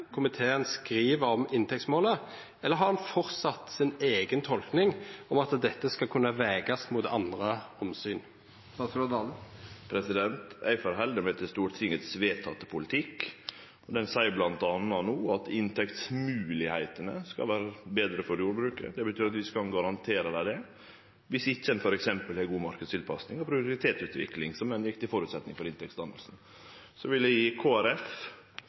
komiteen skriv om inntektsmålet, eller har han fortsatt si eiga tolking om at dette skal kunne vegast mot andre omsyn? Eg følgjer Stortingets vedtekne politikk, og den seier bl.a. no at inntektsmoglegheitene skal vere betre for jordbruket. Det betyr at vi ikkje kan garantere dei det viss ein f.eks. ikkje har god marknadstilpassing og produktivitetsutvikling, som er ein viktig føresetnad for inntektsdanninga. Så